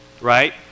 right